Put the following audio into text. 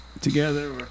together